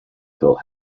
told